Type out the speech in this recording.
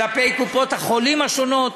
כלפי קופות-החולים השונות.